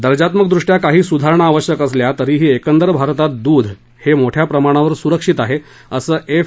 दर्जात्मक दृष्ट्या काही सुधारणा आवश्यक असल्या तरीही एकंदर भारतात दूध हे मोठ्या प्रमाणावर सुरक्षित आहे असं एफ